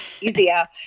easier